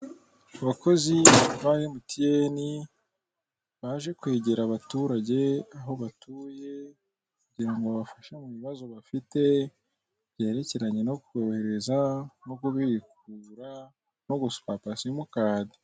Abakozi ba mtn baje kwegera abaturage aho batuye kugira ngo babafashe mu bibazo bafite byerekeranye no kohereza, no kubikuza no guswapa simukadi.